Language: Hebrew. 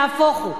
נהפוך הוא,